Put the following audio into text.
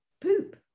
poop